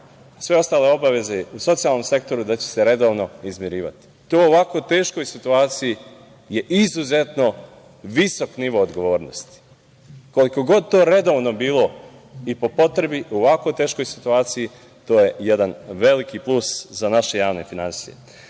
sve ostale obaveze u socijalnom sektoru da će se redovno izmirivati. To u ovako teškoj situaciji je izuzetno visok nivo odgovornosti. Koliko god to redovno bilo i po potrebi, u ovako teškoj situaciji to je jedan veliki plus za naše javne finansije. Iz